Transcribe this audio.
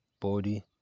body